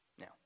Now